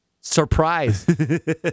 Surprise